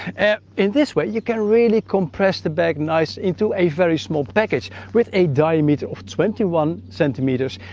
and in this way, you can really compress the bag nice into a very small package with a diameter of twenty one centimeters,